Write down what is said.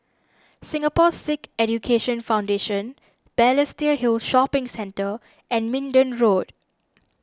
Singapore Sikh Education Foundation Balestier Hill Shopping Centre and Minden Road